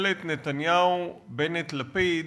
ממשלת נתניהו-בנט-לפיד